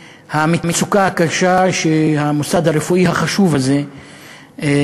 המצוקה הקשה שהמוסד הרפואי החשוב הזה עובר,